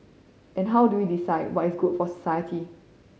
and how do we decide what is good for society